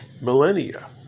millennia